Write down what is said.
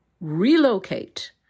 relocate